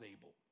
able